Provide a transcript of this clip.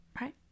right